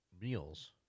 meals